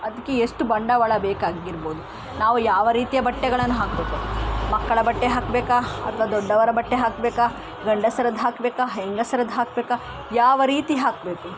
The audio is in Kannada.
ಅದಕ್ಕೆ ಎಷ್ಟು ಬಂಡವಾಳ ಬೇಕಾಗಿರ್ಬೋದು ನಾವು ಯಾವ ರೀತಿಯ ಬಟ್ಟೆಗಳನ್ನ ಹಾಕಬೇಕು ಮಕ್ಕಳ ಬಟ್ಟೆ ಹಾಕಬೇಕಾ ಅಥವಾ ದೊಡ್ಡವರ ಬಟ್ಟೆ ಹಾಕಬೇಕಾ ಗಂಡಸರದ್ದು ಹಾಕಬೇಕಾ ಹೆಂಗಸರದ್ದು ಹಾಕಬೇಕಾ ಯಾವ ರೀತಿ ಹಾಕಬೇಕು